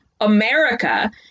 America